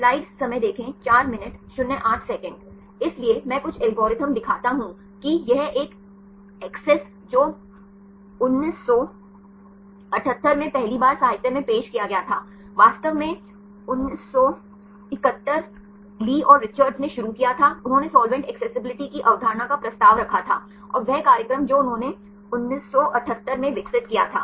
इसलिए मैं कुछ एल्गोरिदम दिखाता हूं कि यह एक है ACCESS जो 1978 में पहली बार साहित्य मैं पेश किया गया था वास्तव में 1971 ली और रिचर्ड्स ने शुरू किया था उन्होंने सॉल्वेंट एक्सेसिबिलिटी की अवधारणा का प्रस्ताव रखा था और वह कार्यक्रम जो उन्होंने 1978 में विकसित किया था